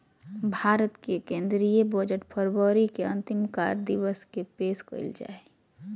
भारत के केंद्रीय बजट फरवरी के अंतिम कार्य दिवस के पेश कइल जा हइ